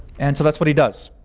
and so that's what he does.